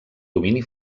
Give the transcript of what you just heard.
domini